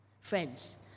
friends